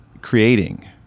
creating